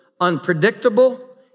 unpredictable